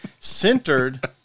centered